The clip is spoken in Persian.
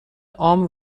عام